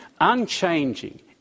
unchanging